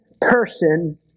person